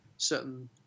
Certain